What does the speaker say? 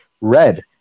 red